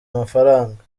amafaranga